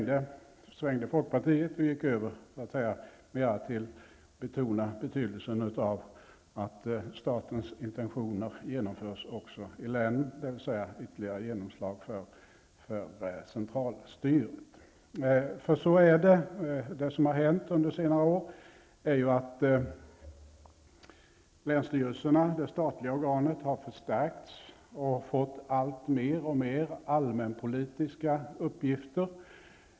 Sedan svängde folkpartiet och gick över till att mera betona betydelsen av att statens intentioner genomförs också i länen, dvs. ytterligare genomslag för centralstyret. För så är det. Det som har hänt under senare år är ju att länsstyrelserna, de statliga organen, har förstärkts och fått allt mer och mer allmänpolitiska uppgifter.